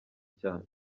cyane